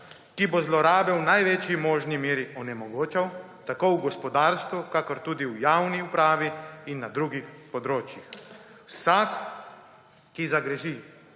ki bo zlorabe v največji možni meri onemogočal tako v gospodarstvu kakor tudi v javni upravi in na drugih področjih. Vsak, ki zagreši